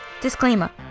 Disclaimer